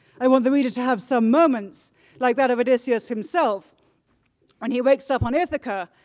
i want the reader to have some moments like that of odysseus himself when he wakes up on ithaca,